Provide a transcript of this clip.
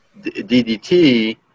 DDT